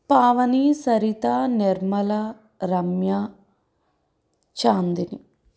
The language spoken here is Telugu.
పావని సరిత నిర్మల రమ్య చాందిని